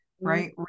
right